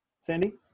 Sandy